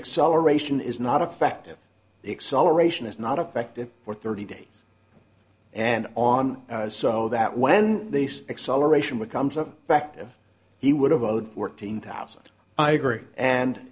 acceleration is not affected the acceleration is not affected for thirty days and on so that when they say acceleration becomes a fact of he would have owed fourteen thousand i agree and